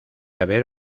haber